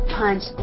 punch